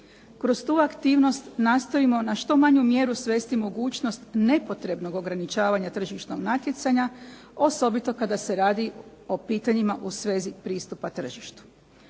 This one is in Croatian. Kroz tu aktivnost nastojimo na što manju mjeru svesti mogućnost nepotrebnog ograničavanja tržišnog natjecanja osobito kada se radi o pitanjima u svezi pristupa tržištu.